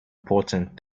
important